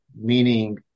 meaning